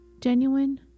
genuine